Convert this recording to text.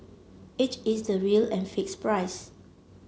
it is the real and fixed price